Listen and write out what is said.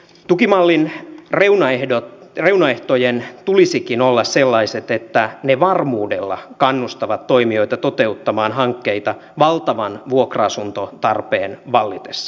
tukimallin reunaehtojen tulisikin olla sellaiset että ne varmuudella kannustavat toimijoita toteuttamaan hankkeita valtavan vuokra asuntotarpeen vallitessa